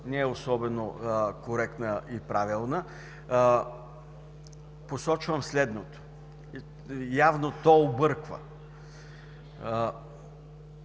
не е особено коректна и правилна. Посочвам следното, явно то обърква.